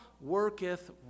worketh